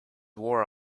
wore